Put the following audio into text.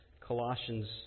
Colossians